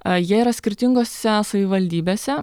jie yra skirtingose savivaldybėse